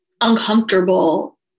uncomfortable